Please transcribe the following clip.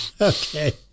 Okay